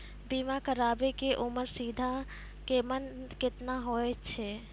बीमा कराबै के उमर सीमा केतना होय छै?